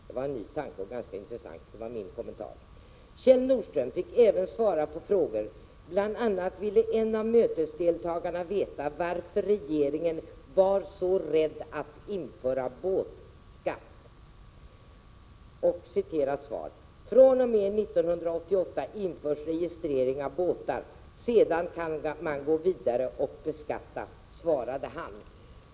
Det var en ny och ganska intressant tanke. Kjell Nordström fick på detta möte även svara på frågor, och en av deltagarna ville bl.a. veta varför regeringen var så rädd för att införa båtskatt. Kjell Nordström svarade att registrering av båtar införs fr.o.m. 1988 och att man sedan kan gå vidare och beskatta.